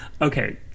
okay